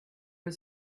was